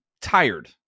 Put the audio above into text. tired